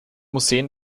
museen